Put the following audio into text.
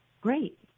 great